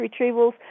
retrievals